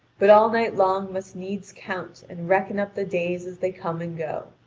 but all night long must needs count and reckon up the days as they come and go.